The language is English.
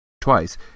Twice